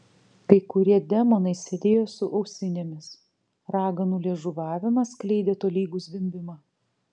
kai kurie demonai sėdėjo su ausinėmis raganų liežuvavimas skleidė tolygų zvimbimą